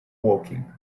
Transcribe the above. woking